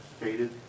stated